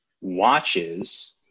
watches